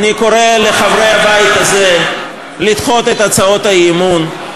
אני קורא לחברי הבית הזה לדחות את הצעות האי-אמון,